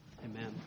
Amen